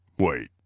wait.